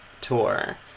tour